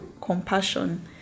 Compassion